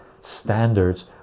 standards